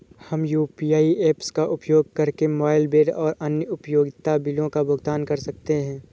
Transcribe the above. हम UPI apps का उपयोग करके मोबाइल बिल और अन्य उपयोगिता बिलों का भुगतान कर सकते हैं